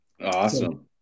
Awesome